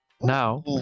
Now